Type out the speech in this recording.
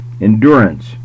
Endurance